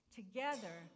Together